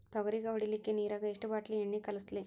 ತೊಗರಿಗ ಹೊಡಿಲಿಕ್ಕಿ ನಿರಾಗ ಎಷ್ಟ ಬಾಟಲಿ ಎಣ್ಣಿ ಕಳಸಲಿ?